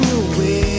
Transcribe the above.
away